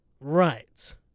Right